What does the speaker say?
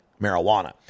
marijuana